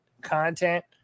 content